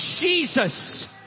Jesus